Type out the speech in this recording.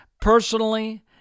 personally